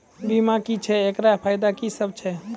बीमा की छियै? एकरऽ फायदा की सब छै?